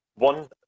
One